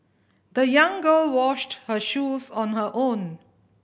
the young girl washed her shoes on her own